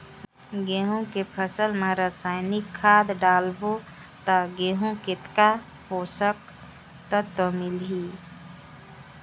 गंहू के फसल मा रसायनिक खाद डालबो ता गंहू कतेक पोषक तत्व मिलही?